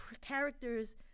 characters